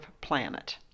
planet